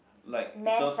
like in terms